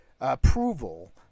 approval